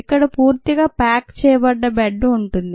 ఇక్కడ పూర్తిగా ప్యాక్ చేయబడ్డ బెడ్ ఉంది